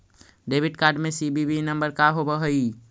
Debit card में CVV number का होव हइ?